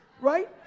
Right